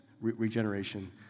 regeneration